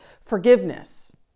Forgiveness